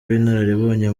w’inararibonye